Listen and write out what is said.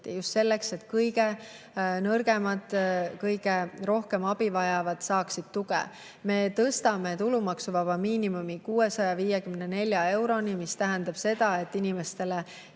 just selleks, et kõige nõrgemad, kõige rohkem abi vajavad saaksid tuge. Me tõstame tulumaksuvaba miinimumi 654 euroni, mis tähendab seda, et inimestele